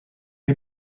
est